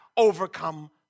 Overcome